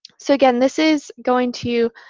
so again, this is going to